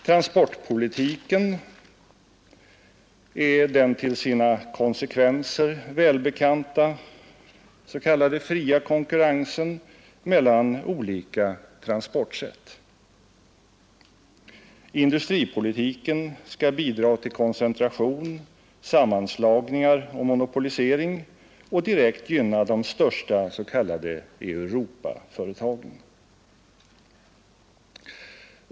Transportpolitiken är den till sina konsekvenser välbekanta ”fria konkurrensen” mellan olika transportsätt. Industripolitiken skall bidra till koncentration, sammanslagningar och monopolisering och direkt gynna de största ”Europaföretagen”.